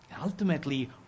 Ultimately